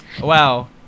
Wow